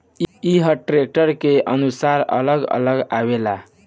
ई हर ट्रैक्टर के अनुसार अलग अलग आवेला